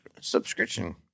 subscription